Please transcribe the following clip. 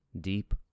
deep